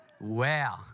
Wow